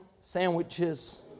sandwiches